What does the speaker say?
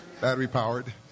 battery-powered